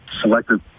selected